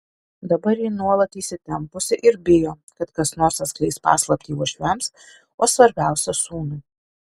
dabar ji nuolat įsitempusi ir bijo kad kas nors atskleis paslaptį uošviams o svarbiausia sūnui